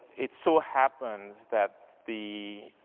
it so happens that the,